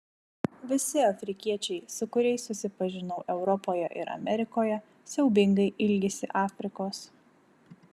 visi afrikiečiai su kuriais susipažinau europoje ir amerikoje siaubingai ilgisi afrikos